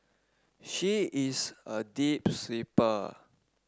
she is a deep sleeper